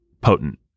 potent